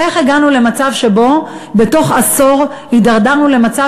איך הגענו למצב שבו בתוך עשור הידרדרנו למצב